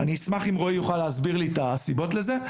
אני אשמח אם רועי יוכל להסביר לי את הסיבות לזה.